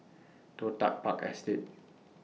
Toh Tuck Park Estate